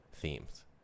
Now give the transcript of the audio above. themes